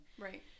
right